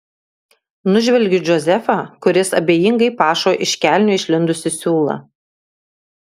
nužvelgiu džozefą kuris abejingai pašo iš kelnių išlindusį siūlą